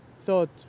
thought